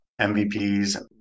MVPs